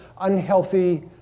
unhealthy